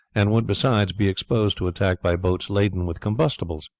and would besides be exposed to attack by boats laden with combustibles.